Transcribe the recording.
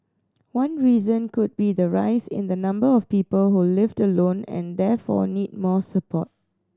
one reason could be the rise in the number of people who lived alone and therefore need more support